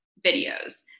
videos